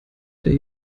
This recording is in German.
der